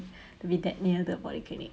to be that near to a polyclinic